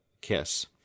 kiss